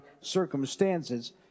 circumstances